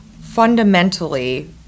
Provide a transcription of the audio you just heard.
fundamentally